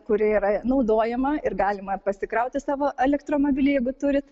kuri yra naudojama ir galima pasikrauti savo elektromobilį jeigu turit